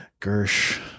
Gersh